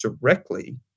directly